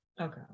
Okay